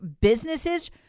businesses